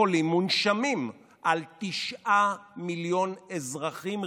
חולים מונשמים על תשעה מיליון אזרחים,